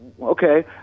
Okay